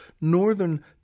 northern